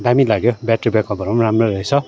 दामी लाग्यो ब्याट्री ब्याकअपहरू पनि राम्रो रहेछ